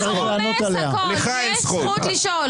אתה רומס הכול, יש זכות לשאול.